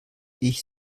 ich